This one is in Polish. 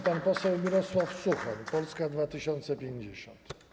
Pan poseł Mirosław Suchoń, Polska 2050.